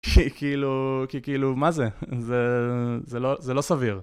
כי כאילו, מה זה? זה לא סביר.